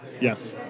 Yes